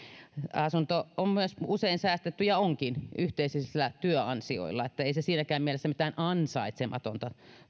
asunto on usein myös säästetty ja onkin yhteisillä työansioilla niin että ei se siinäkään mielessä ole mitään ansaitsematonta